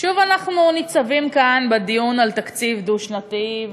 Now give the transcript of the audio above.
שוב אנחנו ניצבים כאן בדיון על תקציב דו-שנתי,